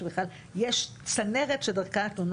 שבכלל יש צנרת שדרכה התלונות זורמות.